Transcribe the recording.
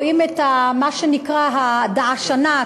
רואים את מה שנקרא ה"דאעשנאת",